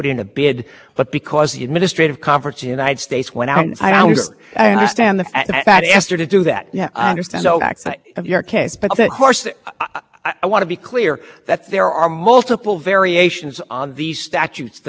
percent would you would you acknowledge that the that the band is a better fit when it comes to contributions to candidates than it might be for contributions to political parties well of course it depends which candidates we're talking about if we're talking about a minor